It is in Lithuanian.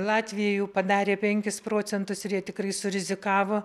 latvija jau padarė penkis procentus ir jie tikrai surizikavo